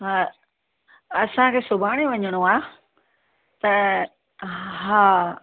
हा असांखे सुभाणे वञिणो आहे त हा